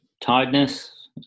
tiredness